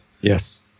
Yes